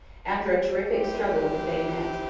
after a terrific struggle with the bayonet.